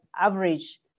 average